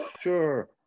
Sure